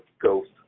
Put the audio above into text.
ghost